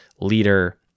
leader